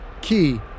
Key